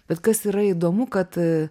bet kas yra įdomu kad